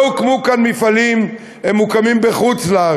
לא הוקמו כאן מפעלים, הם מוקמים בחוץ-לארץ.